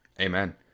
Amen